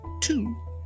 two